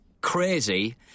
crazy